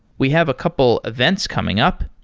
we have a couple events coming up.